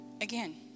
Again